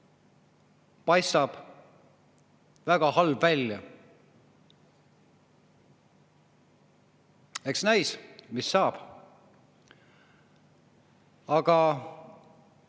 paistab väga halb välja. Eks näis, mis saab. Aga